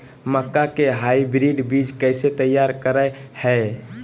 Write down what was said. मक्का के हाइब्रिड बीज कैसे तैयार करय हैय?